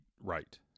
right